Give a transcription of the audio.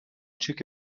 took